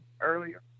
earlier